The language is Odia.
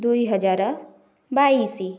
ଦୁଇ ହଜାର ବାଇଶି